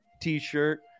t-shirt